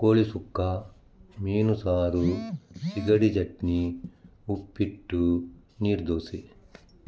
ಕೋಳಿ ಸುಕ್ಕ ಮೀನು ಸಾರು ಸಿಗಡಿ ಚಟ್ನಿ ಉಪ್ಪಿಟ್ಟು ನೀರು ದೋಸೆ